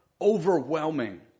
overwhelming